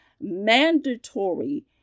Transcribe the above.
mandatory